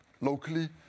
locally